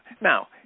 Now